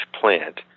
plant